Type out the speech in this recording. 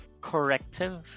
corrective